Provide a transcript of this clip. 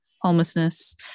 homelessness